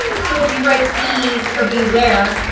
so if you write e for beware,